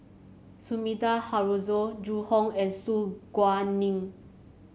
Sumida Haruzo Zhu Hong and Su Guaning